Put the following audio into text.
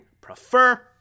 prefer